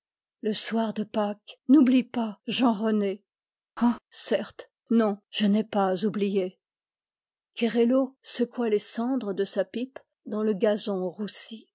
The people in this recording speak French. le soir de pâques n'oublie pas jean rené ah certes non je n'ai pas oublié kerello secoua les cendres de sa pipe dans le gazon roussi